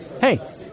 Hey